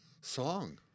song